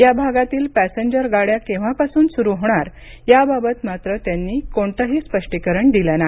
या भागातील पॅसेंजर गाड्या केव्हापासून सुरू होणार याबाबत मात्र त्यांनी कोणतेही स्पष्टीकरण दिले नाही